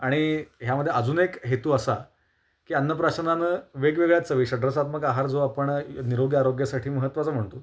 आणि ह्यामध्ये अजून एक हेतू असा की अन्नप्राशनानं वेगवेगळ्या चवी षड्रसात्मक आहार जो आपण निरोगी आरोग्यासाठी महत्त्वाचा म्हणतो